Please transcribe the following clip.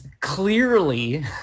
clearly